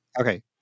Okay